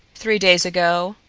three days ago,